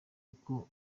uko